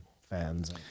fans